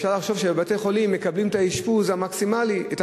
אפשר לחשוב שבבתי-החולים מקבלים את הטיפול המקסימלי,